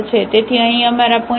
તેથી અહીં અમારા પોઇન્ટ શું છે